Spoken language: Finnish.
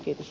kiitos